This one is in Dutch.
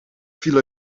viel